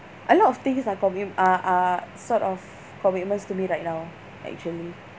a lot of things lah commit~ are are sort of commitments to me right now actually